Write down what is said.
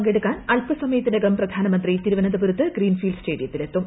പങ്കെടുക്കാൻ അല്പസമയത്തിനകം പ്രധാനമന്ത്രി തിരുവനന്തപുരത്ത് ഗ്രീൻഫ്രീൽഡ് സ്റ്റേഡിയത്തിലെത്തും